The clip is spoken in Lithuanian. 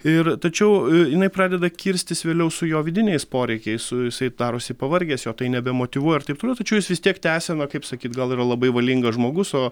ir tačiau jinai pradeda kirstis vėliau su jo vidiniais poreikiais su jisai darosi pavargęs jo tai nebemotyvuoja ir taip toliau tačiau jis vis tiek tęsia na kaip sakyt gal yra labai valingas žmogus o